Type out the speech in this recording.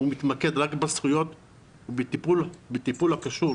הוא מתמקד רק בזכויות ובטיפול הקשור